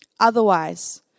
Otherwise